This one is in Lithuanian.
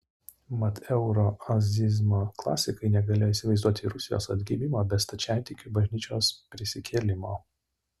mat euroazizmo klasikai negalėjo įsivaizduoti rusijos atgimimo be stačiatikių bažnyčios prisikėlimo